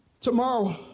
tomorrow